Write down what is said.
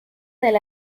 del